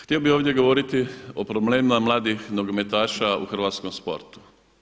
Htio bih ovdje govoriti o problemima mladih nogometaša u hrvatskom sportu.